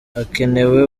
hakenewe